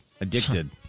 Addicted